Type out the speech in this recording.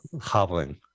hobbling